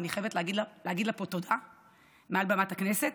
ואני חייבת להגיד לה פה תודה מעל במת הכנסת.